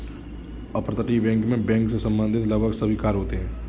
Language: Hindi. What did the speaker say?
अपतटीय बैंक मैं बैंक से संबंधित लगभग सभी कार्य होते हैं